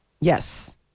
Yes